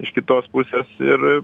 iš kitos pusės ir